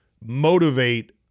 motivate